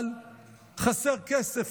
אבל חסר כסף.